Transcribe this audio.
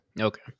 Okay